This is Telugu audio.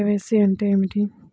కే.వై.సి అంటే ఏమి?